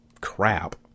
crap